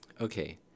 Okay